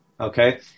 okay